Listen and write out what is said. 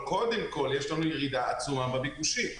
אבל קודם כול יש לנו ירידה עצומה בביקושים.